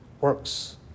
works